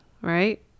right